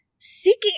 Seeking